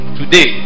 today